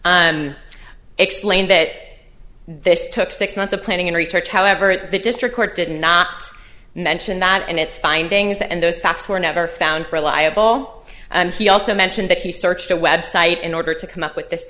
and explained that this took six months of planning and retouch however at the district court did not mention that and its findings and those facts were never found liable and he also mentioned that he searched the web site in order to come up with this